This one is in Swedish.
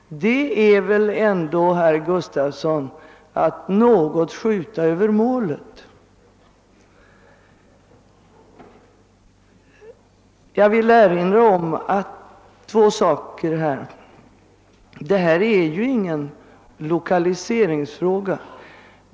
Det är väl ändå, herr Gustafson i Göteborg, att något skjuta över målet. Jag vill erinra om två saker. För det första är ju detta ingen lokaliseringsfråga.